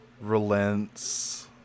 relents